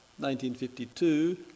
1952